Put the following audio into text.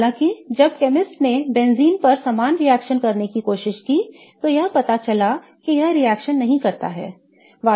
हालांकि जब केमिस्ट ने बेंजीन पर समान रिएक्शन करने की कोशिश की तो यह पता चला कि यह रिएक्शन नहीं करता है